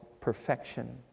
perfection